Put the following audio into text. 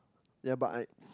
yea but I